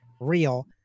real